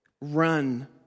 run